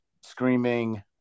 screaming